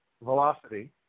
Velocity